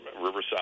Riverside